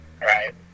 Right